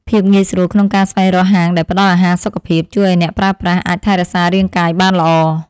ភាពងាយស្រួលក្នុងការស្វែងរកហាងដែលផ្តល់អាហារសុខភាព ជួយឱ្យអ្នកប្រើប្រាស់អាចថែរក្សារាងកាយបានល្អ។